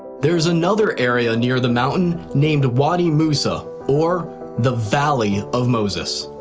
there's another area near the mountain named wadi musa, or the valley of moses.